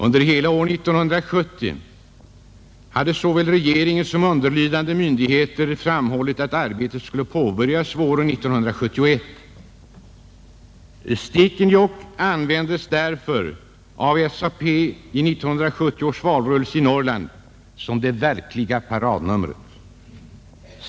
Under hela år 1970 hade såväl regeringen som underlydande myndigheter framhållit att arbetet skulle påbörjas våren 1971. Stekenjokk användes därför av SAP i 1970 års valrörelse i Norrland som det verkliga paradnumret.